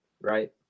Right